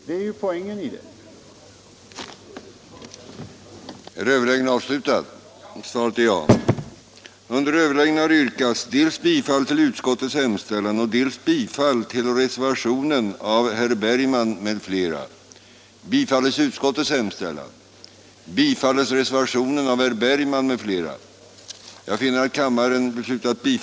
Det är ju detta som är så olyckligt.